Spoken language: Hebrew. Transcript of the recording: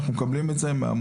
אנחנו מקבלים את זה מהמועצות,